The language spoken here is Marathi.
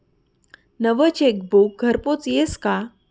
नवं चेकबुक घरपोच यस का?